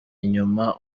inyuma